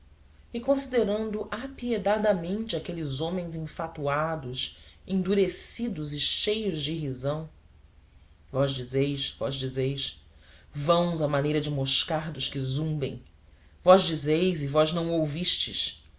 e considerando apiedadamente aqueles homens enfatuados endurecidos e cheios de irrisão vós dizeis vós dizeis vãos à maneira de moscardos que zumbem vós dizeis e vós não o ouvistes